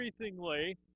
increasingly